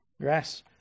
Grass